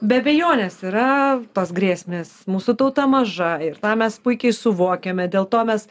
be abejonės yra tos grėsmės mūsų tauta maža ir tą mes puikiai suvokiame dėl to mes